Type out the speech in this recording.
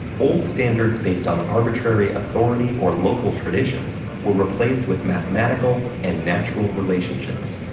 old standards based on arbitrary authority or local traditions were replaced with mathematical and natural relationships.